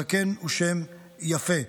הזקן הוא שם יפה.